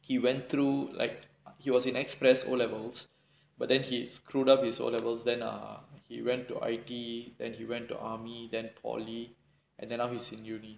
he went through like he was in express O levels but then he screwed up his O levels then err he went to I_T_E and he went to army then polytechnic and then now he's in university